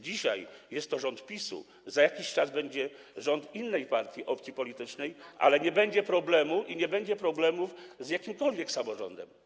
Dzisiaj jest rząd PiS-u, za jakiś czas będzie rząd innej partii, opcji politycznej, ale nie będzie problemu i nie będzie problemów z jakimkolwiek samorządem.